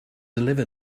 deliver